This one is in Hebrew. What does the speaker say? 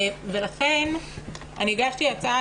הגשתי הצעה,